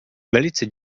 velice